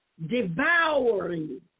devouring